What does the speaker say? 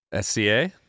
sca